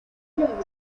núcleos